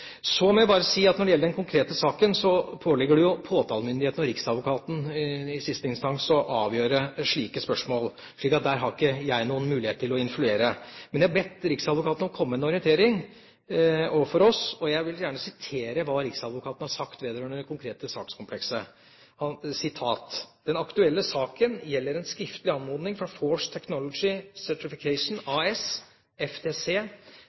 Når det gjelder den konkrete saken, må jeg bare si at det påligger jo påtalemyndigheten og riksadvokaten i siste instans å avgjøre slike spørsmål. Så der har ikke jeg noen mulighet til å influere. Men jeg har bedt riksadvokaten om å komme med en orientering til oss, og jeg vil gjerne sitere hva riksadvokaten har sagt vedrørende det konkrete sakskomplekset: «Den aktuelle saken gjelder en skriftlig anmodning fra Force Technology Certification